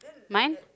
mine